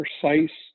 precise